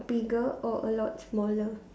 bigger or a lot smaller